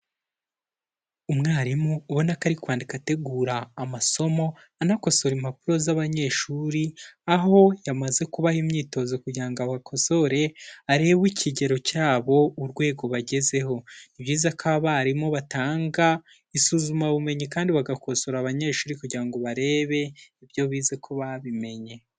Umwarimu ubona ko ari ari kwandika ategura amasomo anakosora impapuro z'abanyeshuri, aho yamaze kubaha imyitozo kugira ngo abakosore arebe ikigero cyabo urwego bagezeho. Ni byiza ko abarimu batanga isuzumabumenyi kandi bagakosora abanyeshuri kugira ngo barebe ibyo bize ko babimenye.